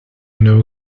know